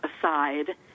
aside